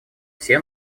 все